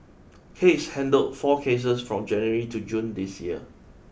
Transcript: case handled four cases from January to June this year